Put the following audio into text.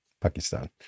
Pakistan